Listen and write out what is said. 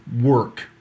work